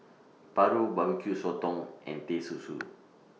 Paru Barbecue Sotong and Teh Susu